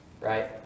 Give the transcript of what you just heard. right